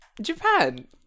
japan